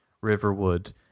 Riverwood